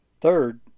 Third